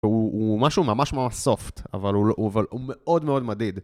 הוא משהו ממש ממש Soft, אבל הוא מאוד מאוד מדיד.